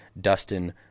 Dustin